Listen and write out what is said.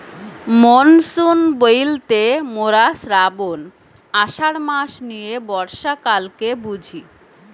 monsoon বইলতে মোরা শ্রাবন, আষাঢ় মাস নিয়ে বর্ষাকালকে বুঝি